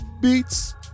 Beats